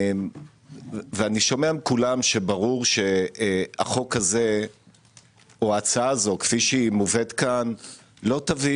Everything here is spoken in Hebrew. כשאני שומע מכולם שברור שההצעה הזאת כפי שמובאת כאן לא תביא